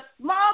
small